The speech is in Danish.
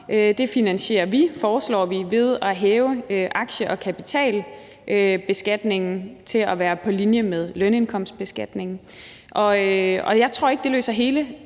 det finansieres ved at hæve aktie- og kapitalbeskatningen til at være på linje med lønindkomstbeskatningen. Jeg tror ikke, det løser hele